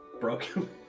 Broken